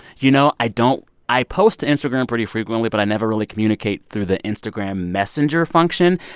you know, i don't i post to instagram pretty frequently, but i never really communicate through the instagram messenger function.